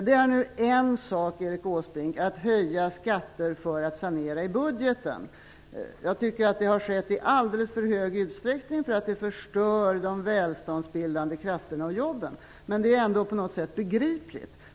Det är nu en sak, Erik Åsbrink, att höja skatter för att sanera i budgeten. Jag tycker att det har skett i alldeles för stor utsträckning, därför att det förstör de välståndsbildande krafterna och jobben. Men det är ändå på något sätt begripligt.